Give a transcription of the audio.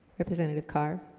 representative car